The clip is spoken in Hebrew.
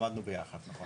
למדנו ביחד, נכון.